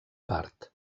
part